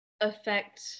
affect